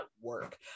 work